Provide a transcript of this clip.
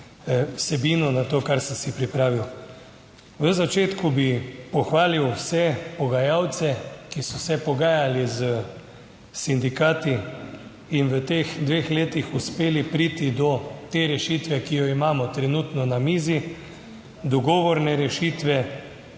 vsebino na to, kar sem si pripravil. V začetku bi pohvalil vse pogajalce, ki so se pogajali s sindikati in v teh dveh letih uspeli priti do te rešitve, ki jo imamo trenutno na mizi, dogovorne rešitve.